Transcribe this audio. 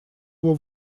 его